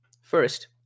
First